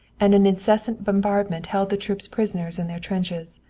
and an incessant bombardment held the troops prisoners in their trenches.